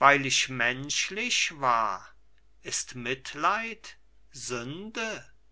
weil ich menschlich war ist mitleid sünde